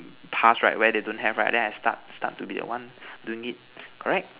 past right where they don't have right then I start start to be the one doing it correct